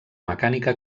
mecànica